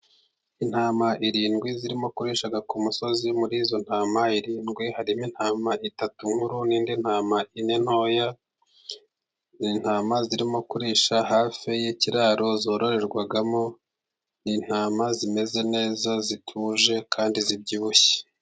Intama zirindwi zirimo kurisha ku musozi ,muri izo ntama zirindwi harimo intama eshatu nkuru n'izindi ntama enye ntoya ,izi ntama zirimo kurisha hafi y'ikiraro zororerwamo, intama zimeze neza zituje kandi zibyibushye.